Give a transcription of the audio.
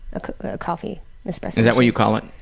a coffee, an espresso. is that what you call it?